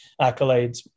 accolades